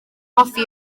hoffi